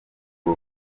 uru